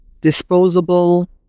disposable